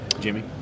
Jimmy